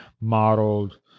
modeled